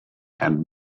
and